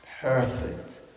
perfect